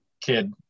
kid